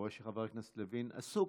רואה שחבר הכנסת לוין עסוק,